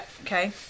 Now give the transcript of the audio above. Okay